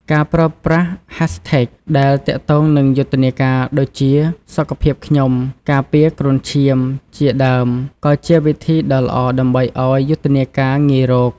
ការប្រើប្រាស់ Hashtag ដែលទាក់ទងនឹងយុទ្ធនាការដូចជា #សុខភាពខ្ញុំ #ការពារគ្រុនឈាម ជាដើមក៏ជាវិធីដ៏ល្អដើម្បីឲ្យយុទ្ធនាការងាយរក។